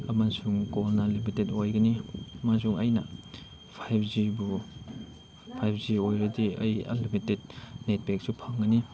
ꯑꯃꯁꯨꯡ ꯀꯣꯜꯅ ꯂꯤꯃꯤꯇꯦꯗ ꯑꯣꯏꯒꯅꯤ ꯑꯃꯁꯨꯡ ꯑꯩꯅ ꯐꯥꯏꯚ ꯖꯤꯕꯨ ꯐꯥꯏꯚ ꯖꯤ ꯑꯣꯏꯔꯗꯤ ꯑꯩ ꯑꯟꯂꯤꯃꯤꯇꯦꯗ ꯅꯦꯠ ꯄꯦꯛꯁꯨ ꯐꯪꯒꯅꯤ